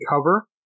cover